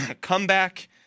comeback